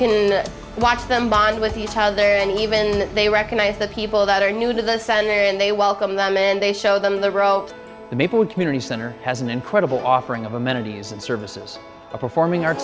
can watch them bond with each other and even they recognize the people that are new to the senate and they welcome them when they show them the rope the maple community center has an incredible offering of amenities and services a performing arts